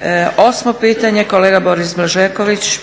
8 pitanje kolega Boris Blažeković.